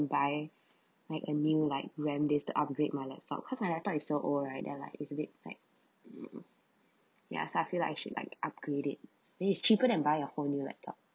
buy like a new like RAM disk to upgrade my laptop because my laptop is so old right there are like is a bit like mm mm ya so I feel like I should like upgrade it then is cheaper than buying a whole new laptop